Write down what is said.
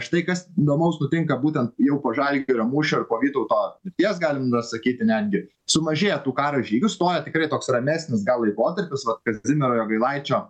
štai kas įdomaus nutinka būtent jau po žalgirio mūšio ar po vytauto mirties galim dar sakyti netgi sumažėja tų karo žygių stoja tikrai toks ramesnis gal laikotarpis vat kazimiero jogailaičio